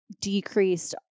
decreased